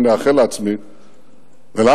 אני מאחל לעצמי ולנו,